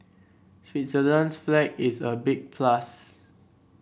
Switzerland's flag is a big plus